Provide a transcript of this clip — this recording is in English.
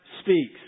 speaks